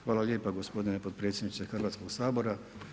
Hvala lijepo gospodine potpredsjedniče Hrvatskog sabora.